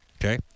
Okay